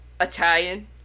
Italian